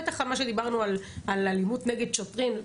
בטח על מה שדיברנו על אלימות נגד שוטרים,